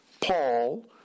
Paul